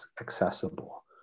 accessible